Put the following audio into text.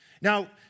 Now